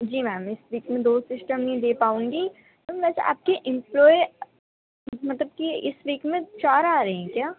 جی ma'am اس week میں دو سسٹم نہیں دے پاؤں گی میم ویسے آپ کے امپلائے مطلب کہ اس ویک میں چار آ رہی ہیں کیا